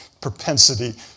propensity